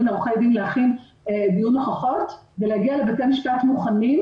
לעורכי דין להכין דיון הוכחות ולהגיע לבתי משפט מוכנים,